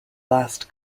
last